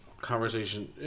conversation